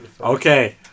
Okay